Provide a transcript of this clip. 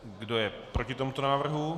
Kdo je proti tomuto návrhu?